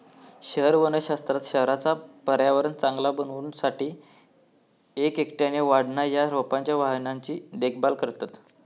शहर वनशास्त्रात शहराचा पर्यावरण चांगला बनवू साठी एक एकट्याने वाढणा या रोपांच्या वाहनांची देखभाल करतत